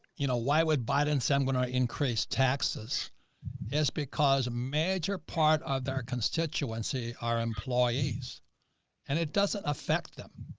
you know, why would biden, sanguine are increased taxes is because a major part of their constituency are employees and it doesn't affect them.